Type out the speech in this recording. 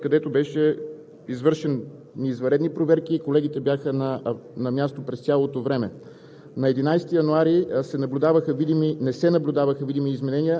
близост до Костинброд – язовир „Маслово“ и язовир „Бистрица“, Софийска област, където бяха извършени извънредни проверки и колегите бяха на място през цялото време.